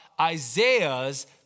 Isaiah's